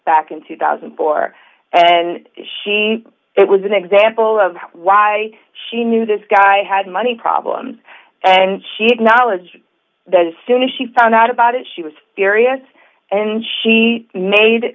back in two thousand and four and she it was an example of why she knew this guy had money problems and she acknowledged that as soon as she found out about it she was furious and she made